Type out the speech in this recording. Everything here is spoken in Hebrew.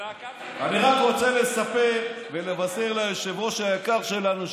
אני רק רוצה לספר ולבשר ליושב-ראש היקר שלנו,